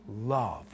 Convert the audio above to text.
love